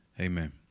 Amen